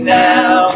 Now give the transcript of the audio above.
now